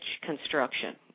construction